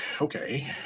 okay